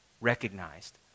recognized